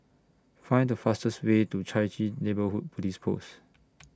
Find The fastest Way to Chai Chee Neighbourhood Police Post